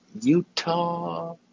Utah